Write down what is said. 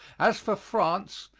as for france,